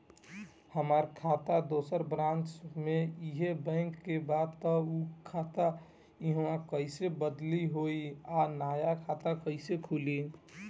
हमार खाता दोसर ब्रांच में इहे बैंक के बा त उ खाता इहवा कइसे बदली होई आ नया खाता कइसे खुली?